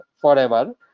forever